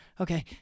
okay